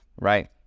right